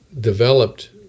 developed